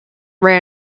rare